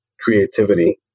creativity